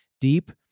deep